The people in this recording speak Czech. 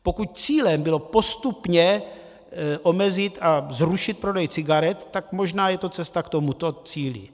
Pokud cílem bylo postupně omezit a zrušit prodej cigaret, tak možná je to cesta k tomuto cíli.